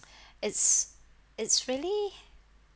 it's it's really